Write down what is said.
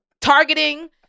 targeting